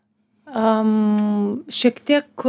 a šiek tiek